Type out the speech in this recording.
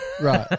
right